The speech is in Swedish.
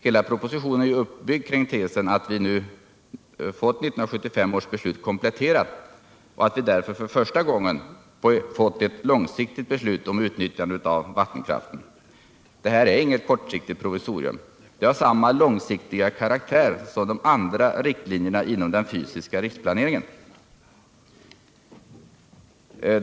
Hela propositionen är uppbyggd kring tesen att vi nu fått 1975 års beslut kompletterat och att vi därför för första gången fått ett långsiktigt beslut om utnyttjandet av vattenkraften. Det här är inget kortsiktigt provisorium. Det har samma långsiktiga karaktär som de andra riktlinjerna inom den fysiska riksplaneringen.